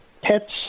pets